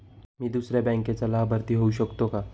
मी दुसऱ्या बँकेचा लाभार्थी होऊ शकतो का?